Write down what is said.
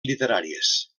literàries